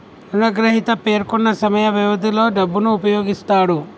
రుణగ్రహీత పేర్కొన్న సమయ వ్యవధిలో డబ్బును ఉపయోగిస్తాడు